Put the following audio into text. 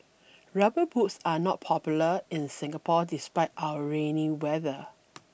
rubber boots are not popular in Singapore despite our rainy weather